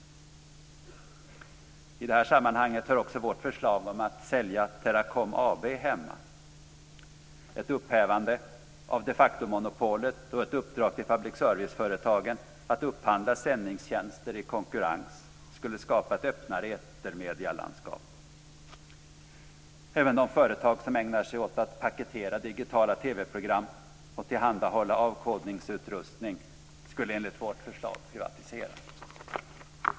I detta sammanhang hör också vårt förslag om att sälja Teracom AB hemma. Ett upphävande av de facto-monopolet och ett uppdrag till public serviceföretagen att upphandla sändningstjänster i konkurrens skulle skapa ett öppnare etermedielandskap. Även de företag som ägnar sig åt att paketera digitala TV-program och tillhandahålla avkodningsutrustning skulle enligt vårt förslag privatiseras.